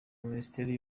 minisiteri